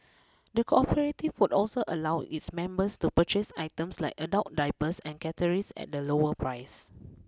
the cooperative would also allow its members to purchase items like adult diapers and catharis at a lower price